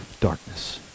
darkness